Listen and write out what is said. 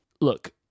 look